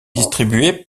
distribué